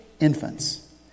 infants